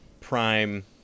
prime